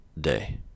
day